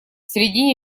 середине